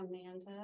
Amanda